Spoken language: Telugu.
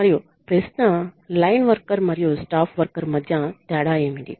మరియు ప్రశ్న లైన్ వర్కర్ మరియు స్టాఫ్ వర్కర్ మధ్య తేడా ఏమిటి